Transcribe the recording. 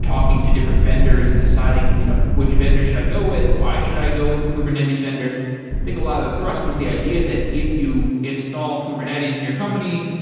talking to different vendors and deciding you know which vendors should i go with, why should i go with the kubernetes vendor? i think a lot of the thrust was the idea that if you install kubernetes in your company,